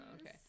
okay